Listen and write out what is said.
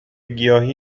گیاهی